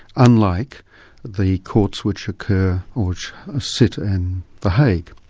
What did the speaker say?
unlike the courts which occur or which sit in the hague.